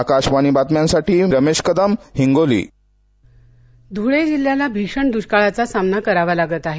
आकाशवाणी बातम्यांसाठी रमेश कदम हिंगोली धुळे जिल्ह्याला भीषण दुष्काळाचा सामना करावा लागत आहे